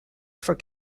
for